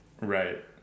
Right